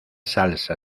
salsa